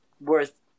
worth